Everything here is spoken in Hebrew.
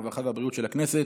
הרווחה והבריאות של הכנסת.